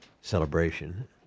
celebration